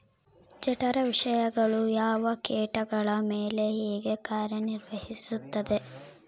ಜಠರ ವಿಷಯಗಳು ಯಾವ ಕೇಟಗಳ ಮೇಲೆ ಹೇಗೆ ಕಾರ್ಯ ನಿರ್ವಹಿಸುತ್ತದೆ?